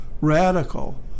radical